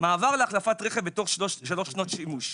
"מעבר להחלפת רכב בתוך שלוש שנות שימוש.